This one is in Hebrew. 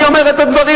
אני אומר את הדברים,